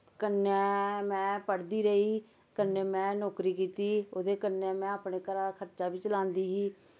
कन्नै में पढ़दी रेही कन्नै में नौरकी कीती ओह्दे कन्नै मैं अपने दा घरा खर्चा बी चलांदी ही